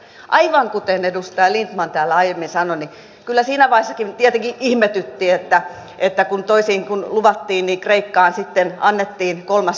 aivan kuten edustaja lindtman täällä aiemmin sanoi niin kyllä siinä vaiheessakin tietenkin ihmetytti kun toisin kuin luvattiin kreikkaan sitten annettiin kolmas tukipaketti